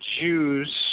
Jews